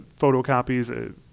photocopies